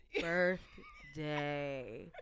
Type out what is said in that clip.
birthday